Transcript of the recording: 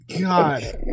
God